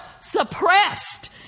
suppressed